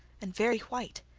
and very white,